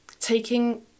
taking